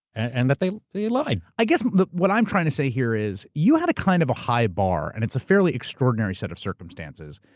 and that they they lied. i guess what i'm trying to say here is, you had a kind of a high bar, and it's a fairly extraordinary set of circumstances,